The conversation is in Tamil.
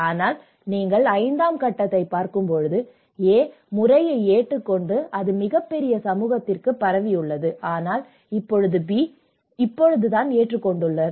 ஆனால் நீங்கள் 5 ஆம் கட்டத்தைப் பார்க்கும்போது A முறையை ஏற்றுக்கொண்டது அது மிகப்பெரிய சமூகத்திற்கும் பரவியுள்ளது ஆனால் இப்போது B மட்டுமே ஏற்றுக்கொண்டது